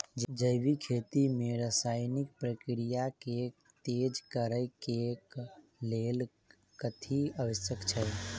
जैविक खेती मे रासायनिक प्रक्रिया केँ तेज करै केँ कऽ लेल कथी आवश्यक छै?